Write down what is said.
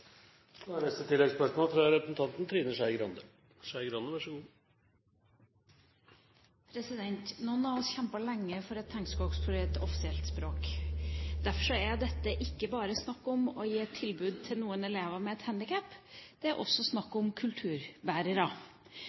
Trine Skei Grande – til oppfølgingsspørsmål. Noen av oss kjempet lenge for at tegnspråk skulle bli et offisielt språk. Derfor er dette ikke bare snakk om å gi et tilbud til noen elever med et handikap, men det er også snakk om kulturbærere.